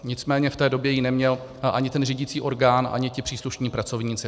Nicméně v té době ji neměl ani ten řídící orgán, ani ti příslušní pracovníci.